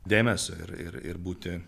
dėmesio ir ir ir būti